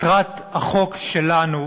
מטרת החוק שלנו